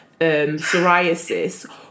psoriasis